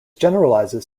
generalizes